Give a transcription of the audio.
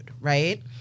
right